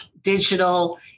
digital